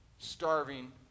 starving